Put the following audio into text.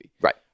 right